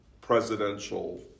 presidential